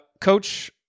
Coach